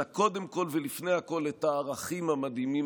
אלא קודם כול ולפני הכול את הערכים המדהימים